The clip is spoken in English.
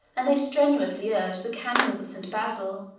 and they strenuously urged the canons of st. basil,